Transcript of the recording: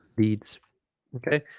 leads okay